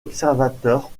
observateurs